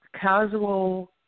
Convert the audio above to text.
casual